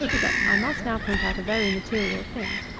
but i must now point out a very material thing.